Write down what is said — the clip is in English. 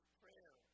prayer